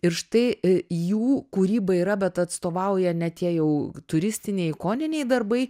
ir štai jų kūryba yra bet atstovauja ne tie jau turistiniai ikoniniai darbai